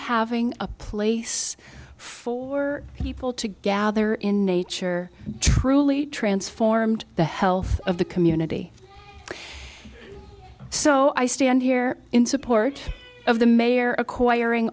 having a place for people to gather in nature truly transformed the health of the community so i stand here in support of the mayor acquiring